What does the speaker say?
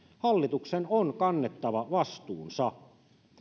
hallituksen on kannettava vastuunsa